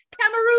Cameroon